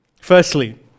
Firstly